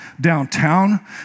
downtown